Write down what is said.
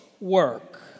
work